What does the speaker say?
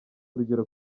urugero